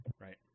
right